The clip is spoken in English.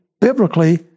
biblically